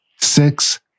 six